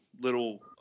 little